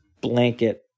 blanket